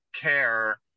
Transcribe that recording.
care